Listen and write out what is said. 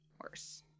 worse